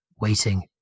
waiting